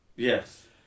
Yes